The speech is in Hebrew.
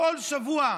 כל שבוע,